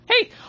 Hey